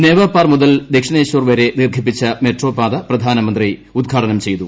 നോവാപാർ മുതൽ ദക്ഷിണേശ്വർ വരെ ദീർഘിപ്പിച്ചു മെട്രോപാത പ്രധാനമന്ത്രി ഉദ്ഘാടനം ചെയ്തു